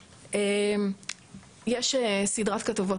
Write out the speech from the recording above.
יש סדרת כתבות,